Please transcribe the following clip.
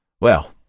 Well